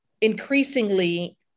increasingly